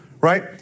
Right